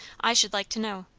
i should like to know.